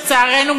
לצערנו,